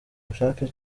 bushake